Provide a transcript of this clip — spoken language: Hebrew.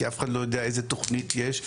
כי אף אחד לא יודע איזה תוכנית יש,